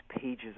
pages